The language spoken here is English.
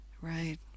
right